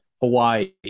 Hawaii